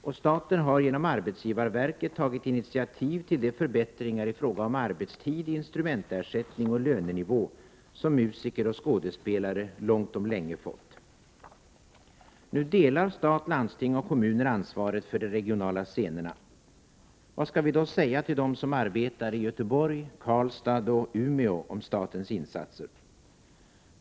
Och staten har genom arbetsgivarverket tagit initiativ till de förbättringar ifråga om arbetstid, instrumentersättning och lönenivå som musiker och skådespelare långt om länge fått. Nu delar stat, landsting och kommuner ansvaret för de regionala scenerna. Vad skall vi då säga till dem som arbetar i Göteborg, Karlstad och Umeå om statens insatser?